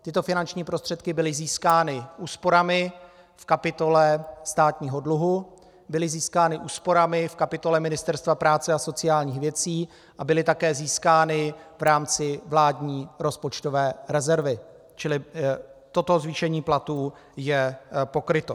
Tyto finanční prostředky byly získány úsporami v kapitole státního dluhu, byly získány úsporami v kapitole Ministerstva práce a sociálních věcí a byly také získány v rámci vládní rozpočtové rezervy, čili toto zvýšení platů je pokryto.